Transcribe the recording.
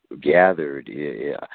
gathered